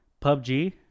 PUBG